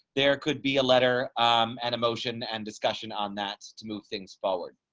there could be a letter and emotion and discussion on that to move things forward.